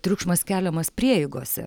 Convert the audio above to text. triukšmas keliamas prieigose